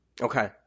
Okay